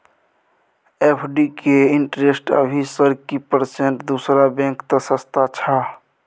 FD के interest अभी sir की परसेंट दूसरा बैंक त सस्ता छः?